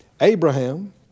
Abraham